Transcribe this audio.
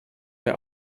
der